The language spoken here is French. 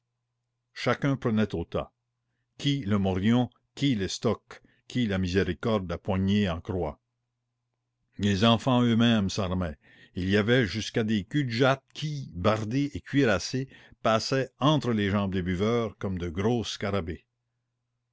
chacun prenait au tas qui le morion qui l'estoc qui la miséricorde à poignée en croix les enfants eux-mêmes s'armaient et il y avait jusqu'à des culs de jatte qui bardés et cuirassés passaient entre les jambes des buveurs comme de gros scarabées